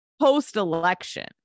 Post-election